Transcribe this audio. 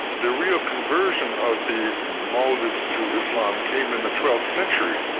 the real conversion of the maldives to islam came in the twelfth century.